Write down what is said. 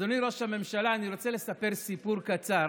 אדוני ראש הממשלה, אני רוצה לספר סיפור קצר,